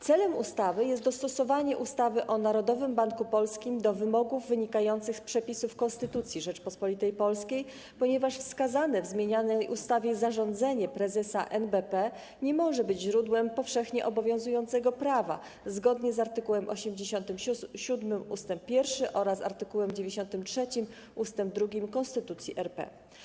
Celem ustawy jest dostosowanie ustawy o Narodowym Banku Polskim do wymogów wynikających z przepisów Konstytucji Rzeczypospolitej Polskiej, ponieważ wskazane w zmienianej ustawie zarządzenie prezesa NBP nie może być źródłem powszechnie obowiązującego prawa zgodnie z art. 87 ust. 1 oraz art. 93 ust. 2 Konstytucji RP.